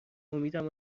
امیدم